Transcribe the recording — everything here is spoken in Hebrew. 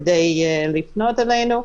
כדי לפנות אלינו,